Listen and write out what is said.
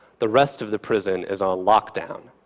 the rest of the prison is on lockdown.